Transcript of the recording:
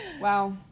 Wow